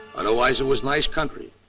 otherwise, it was nice country.